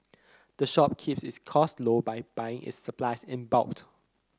the shop keeps its costs low by buying its supplies in bulk